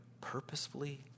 purposefully